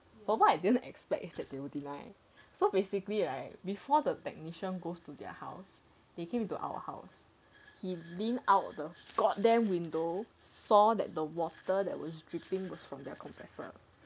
for what I didn't expect is that they will deny so basically right before the technician goes to their house they came into our house he leaned out the god damn window saw that the water was dripping was from their compressor